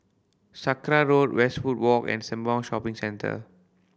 Sakra Road Westwood Walk and Sembawang Shopping Centre